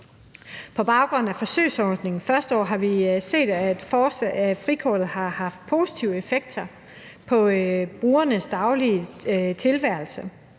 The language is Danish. På baggrund af forsøgsordningens første år har vi set, at frikortet har haft positive effekter på brugernes daglige tilværelse.